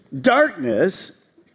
darkness